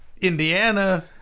Indiana